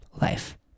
life